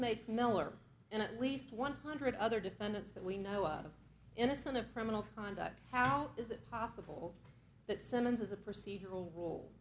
makes miller and at least one hundred other defendants that we know of innocent of criminal conduct how is it possible that summons is a procedural rule